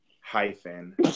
hyphen